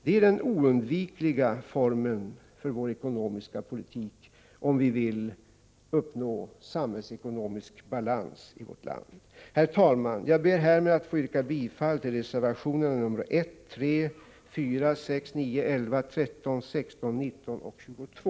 Det är den oundvikliga formen för vår ekonomiska politik, om vi vill uppnå samhällsekonomisk balans i vårt land. Herr talman! Jag ber härmed att få yrka bifall till reservationerna 1, 3, 4, 6, 9, 11, 13, 16, 19 och 22.